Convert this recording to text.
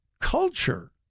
culture